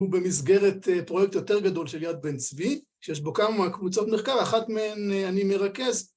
‫הוא במסגרת פרויקט יותר גדול ‫של יד בן צבי, ‫שיש בו כמה קבוצות מחקר, ‫אחת מהן אני מרכז.